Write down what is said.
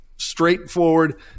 straightforward